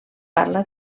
parla